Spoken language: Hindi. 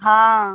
हाँ